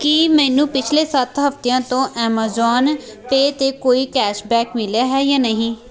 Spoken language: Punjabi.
ਕੀ ਮੈਨੂੰ ਪਿਛਲੇ ਸੱਤ ਹਫਤਿਆਂ ਤੋਂ ਐਮਾਜ਼ਾਨ ਪੇ 'ਤੇ ਕੋਈ ਕੈਸ਼ ਬੈਕ ਮਿਲਿਆ ਹੈ ਜਾਂ ਨਹੀਂ